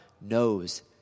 knows